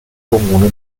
comune